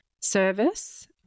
service